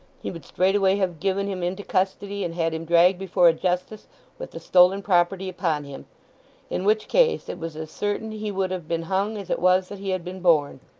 he would straightway have given him into custody and had him dragged before a justice with the stolen property upon him in which case it was as certain he would have been hung as it was that he had been born.